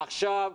עכשיו,